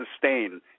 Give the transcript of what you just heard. sustain